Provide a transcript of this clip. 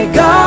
God